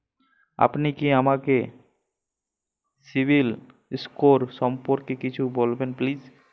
আপনি কি আমাকে সিবিল স্কোর সম্পর্কে কিছু বলবেন প্লিজ?